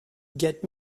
get